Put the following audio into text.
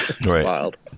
wild